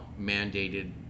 mandated